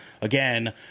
Again